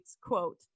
quote